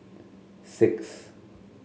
six